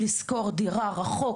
לשכור דירה רחוק